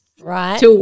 Right